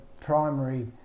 primary